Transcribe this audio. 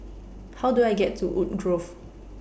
How Do I get to Woodgrove